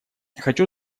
хочу